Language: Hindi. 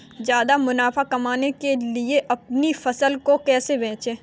ज्यादा मुनाफा कमाने के लिए अपनी फसल को कैसे बेचें?